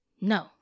No